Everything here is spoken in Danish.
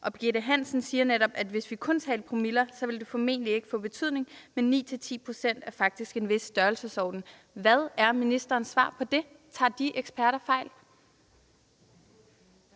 Og Birgitte Hansen siger netop, at hvis vi kun talte promille, ville det formentlig ikke få betydning, men 9-10 pct. er faktisk en vis størrelsesorden. Hvad er ministerens svar på det? Tager de eksperter fejl?